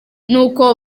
nuko